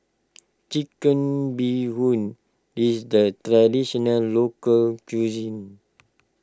Chicken Bee Hoon is the Traditional Local Cuisine